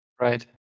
Right